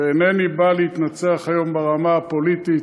ואינני בא להתנצח היום ברמה הפוליטית,